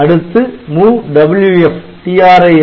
அடுத்து MOVWF TRISC